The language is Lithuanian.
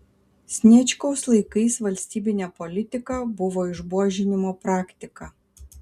sniečkaus laikais valstybine politika buvo išbuožinimo praktika